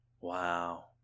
Wow